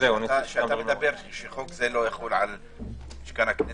כשאתה מדבר שחוק זה לא יחול על משכן הכנסת,